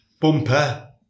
Bumper